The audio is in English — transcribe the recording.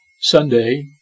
Sunday